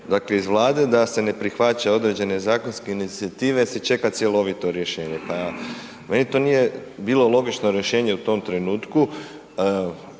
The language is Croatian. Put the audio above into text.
dakle iz Vlade da se ne prihvaća određene zakonske inicijative jer se čeka cjelovito rješenje, pa meni to nije bilo logično rješenje u tom trenutku,